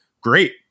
Great